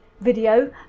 video